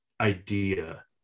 idea